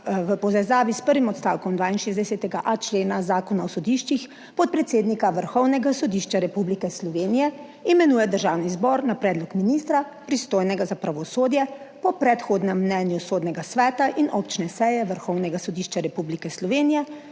v povezavi s prvim odstavkom 62.a člena Zakona o sodiščih podpredsednika Vrhovnega sodišča Republike Slovenije imenuje Državni zbor na predlog ministra, pristojnega za pravosodje, po predhodnem mnenju Sodnega sveta in občne seje Vrhovnega sodišča Republike Slovenije